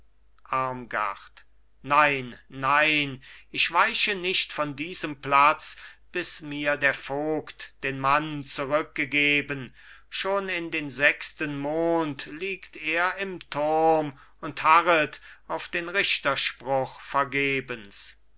nein nein ich weiche nicht von diesem platz bis mir der vogt den mann zurückgegeben schon in den sechsten mond liegt er im turm und harret auf den richterspruch vergebens